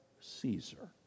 Caesar